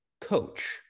coach